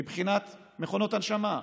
מבחינת מכונות הנשמה,